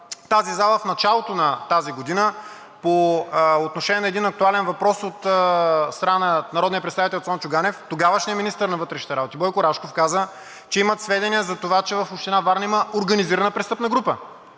тази зала, в началото на тази година по отношение на един актуален въпрос от страна на народния представител Цончо Ганев. Тогавашният министър на вътрешните работи Бойко Рашков каза, че имат сведения за това, че в община Варна има организирана престъпна група,